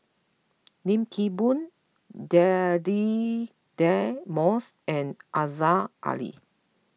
Lim Kim Boon Deirdre Moss and Aziza Ali